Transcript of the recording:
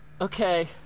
Okay